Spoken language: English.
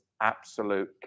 absolute